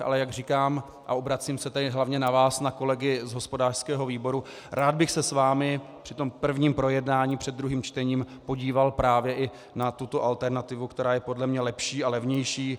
Ale jak říkám, a obracím se hlavně na vás, kolegy z hospodářského výboru, rád bych se s vámi při prvním projednání před druhým čtením podíval právě i na tuto alternativu, která je podle mě lepší a levnější.